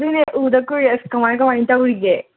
ꯑꯗꯨꯅꯦ ꯎꯗꯕ ꯀꯨꯏꯔꯦ ꯀꯃꯥꯏ ꯀꯃꯥꯏ ꯇꯧꯔꯤꯒꯦ